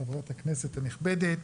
ח"כ הנכבדת,